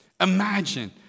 Imagine